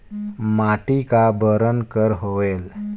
माटी का बरन कर होयल?